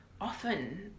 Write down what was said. often